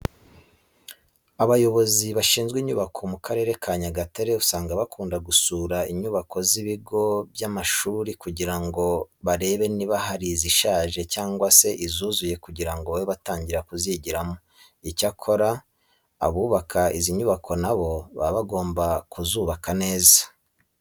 Abayobozi bashinzwe inyubako mu Karere ka Nyagatare usanga bakunda gusura inyubako z'ibigo bw'amashuri kugira ngo barebe niba hari izishaje cyangwa se izuzuye kugira ngo babe batangira kuzigiramo. Icyakora abubaka izi nyubako na bo baba bagomba kuzubaka neza.